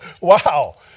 Wow